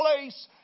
place